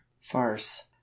Farce